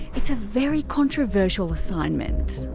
it's a very controversial assignment.